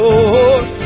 Lord